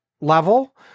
level